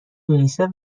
یونیسف